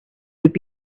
would